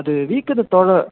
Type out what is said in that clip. அது வீக்கத்தை